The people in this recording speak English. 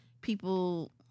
people